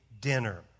dinner